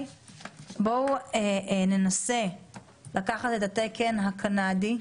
בואו ננסה לקחת את התקן הקנדי,